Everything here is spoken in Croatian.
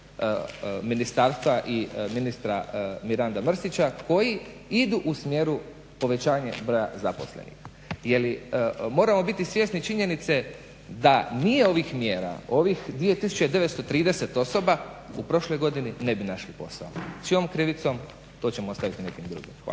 ministarstva i ministra Miranda Mrsića koji idu u smjeru povećanja broja zaposlenih. Moram biti svjesni činjenice da nije ovih mjera, ovih 2930 osoba u prošloj godini ne bi našli posao. Čijom krivicom to ćemo ostaviti nekim drugim? Hvala.